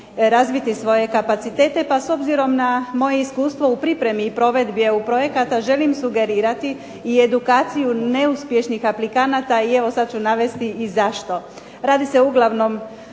razviti svoje kapacitete, pa s obzirom na moje iskustvo u pripremi i provedbi EU projekata želim sugerirati i edukaciju neuspješnih aplikanata i evo sad ću navesti i zašto. Radi se uglavnom